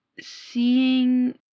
seeing